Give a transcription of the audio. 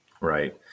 Right